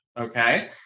okay